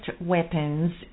weapons